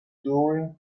during